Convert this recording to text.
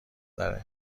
تره